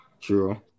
True